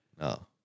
No